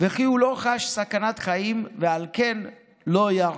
והוא לא חש סכנת חיים, ועל כן לא ירה.